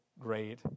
great